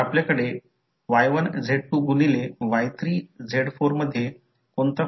आता पुढे दुसरी आकृती आहे म्हणून डॉट येथे आहे आणि डॉट येथे आहे समजा ते चिन्हांकित आहे